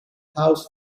house